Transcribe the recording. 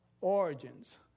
Origins